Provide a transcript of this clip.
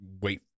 wait